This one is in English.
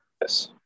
yes